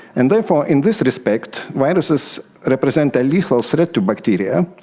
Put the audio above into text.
and therefore in this respect viruses represent a lethal threat to bacteria,